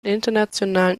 internationalen